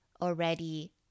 already